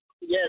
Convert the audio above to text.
Yes